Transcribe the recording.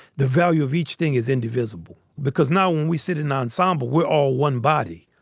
the value of each thing is indivisible because now when we sit in ensemble, we're all one body.